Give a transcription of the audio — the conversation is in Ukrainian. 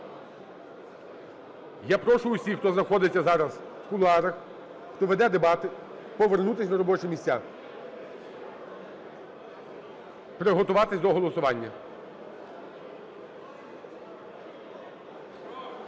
Я прошу усіх, хто знаходиться зараз в кулуарах, хто веде дебати, повернутися на робочі місця, приготуватися до голосування.